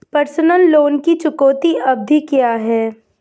Personal loan की चुकौती अवधि क्या है?